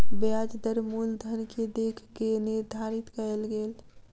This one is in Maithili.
ब्याज दर मूलधन के देख के निर्धारित कयल गेल